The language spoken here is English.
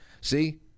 See